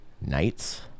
Knights